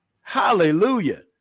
Hallelujah